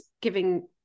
giving